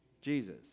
Jesus